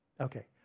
Okay